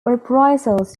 reprisals